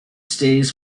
stays